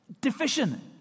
deficient